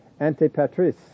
Antipatris